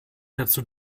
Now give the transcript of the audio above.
dazu